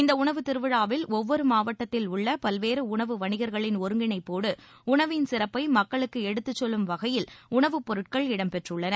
இந்த உணவு திருவிழாவில் ஒவ்வொரு மாவட்டத்தில் உள்ள பல்வேறு உணவு வணிகர்களின் ஒருங்கிணைப்போடு உணவின் சிறப்பை மக்களுக்கு எடுத்துச்செல்லும் வகையில் உணவுப் பொருட்கள் இடம்பெற்றுள்ளன